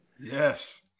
Yes